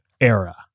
era